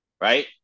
Right